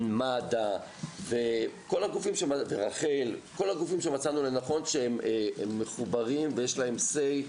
מד"א ורח"ל כל הגופים שמצאנו לנכון שהם מחוברים ויש להם אמירה.